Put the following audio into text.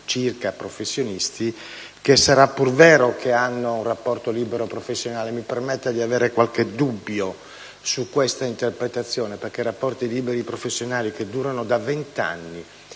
1.300 professionisti: sarà pur vero che essi hanno un rapporto libero-professionale, ma mi permetta di avere qualche dubbio su tale interpretazione, perché temo che i rapporti libero‑professionali che durano da vent'anni